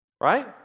right